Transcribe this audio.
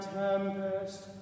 tempest